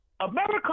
America